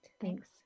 Thanks